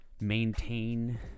maintain